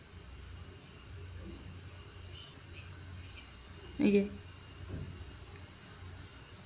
okay